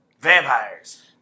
Vampires